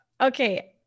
Okay